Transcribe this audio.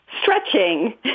Stretching